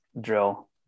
drill